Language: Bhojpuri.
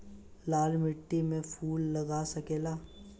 लाल माटी में फूल लाग सकेला?